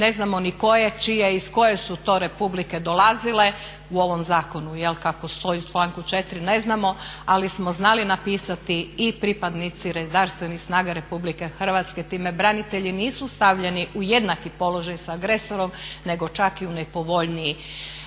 ne znamo ni koje, čije, iz koje su to republike dolazile u ovom zakonu kako stoji u članku 4. ne znamo ali smo znali napisati i pripadnici redarstvenih snaga Republike Hrvatske. Time branitelji nisu stavljeni u jednaki položaj sa agresorom, nego čak i u nepovoljniji.